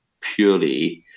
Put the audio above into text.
purely